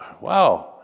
wow